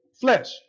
flesh